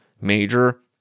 major